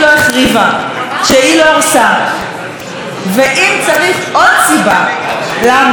ואם צריך עוד סיבה למה צריך לפזר את הכנסת הזאת ולצאת לבחירות,